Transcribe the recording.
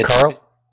Carl